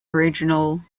original